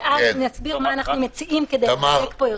ואז נסביר מה אנחנו מציעים כדי להחזיק פה יותר.